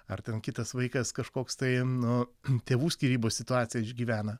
ar ten kitas vaikas kažkoks tai nu tėvų skyrybų situaciją išgyvena